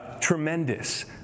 Tremendous